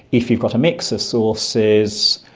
if you've got a mix of sources,